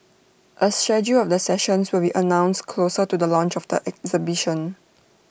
A schedule of the sessions will be announced closer to the launch of the exhibition